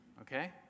Okay